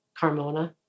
Carmona